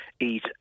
eat